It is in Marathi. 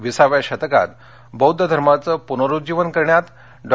विसाव्या शतकात बौद्ध धर्मचंपूनरूज्जीवन करण्यात डॉ